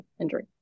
injury